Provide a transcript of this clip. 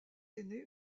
aîné